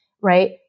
right